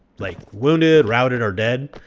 like, wounded, routed, or dead.